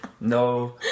No